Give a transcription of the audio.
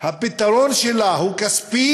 הפתרון שלה כספי